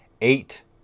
eight